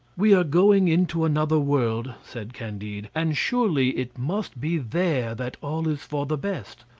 we are going into another world, said candide and surely it must be there that all is for the best.